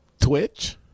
Twitch